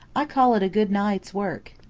i call it a good night's work.